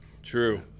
true